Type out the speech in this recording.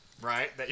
Right